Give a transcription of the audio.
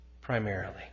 primarily